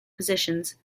positions